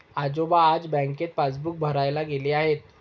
आजोबा आज बँकेत पासबुक भरायला गेले आहेत